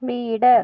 വീട്